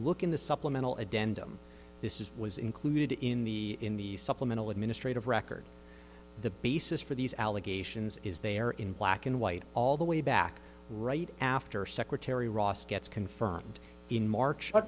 look in the supplemental a denim this is was included in the in the supplemental administrative record the basis for these allegations is there in black and white all the way back right after secretary ross gets confirmed in march